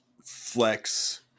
flex